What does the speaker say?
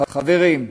חברים,